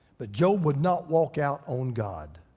but job would not walk out on god.